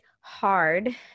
hard